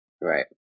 Right